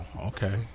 Okay